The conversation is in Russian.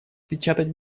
печатать